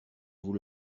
vous